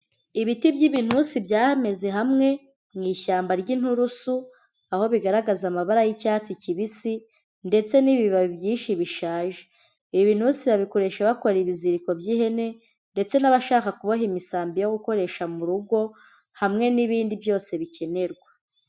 Ibiti by'ibinusi byameze hamwe mu ishyamba ry'inturusu, aho bigaragaza amabara y'icyatsi kibisi ndetse n'ibibabi byinshi bishaje. Ibi binusi babikoresha bakora ibiziriko by'ihene ndetse n'abashaka kuboha imisambi yo gukoresha mu rugo, hamwe n'ibindi byose bikenerwa.